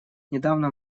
недавно